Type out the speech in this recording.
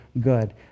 good